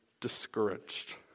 discouraged